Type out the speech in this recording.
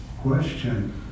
Question